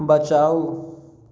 बचाउ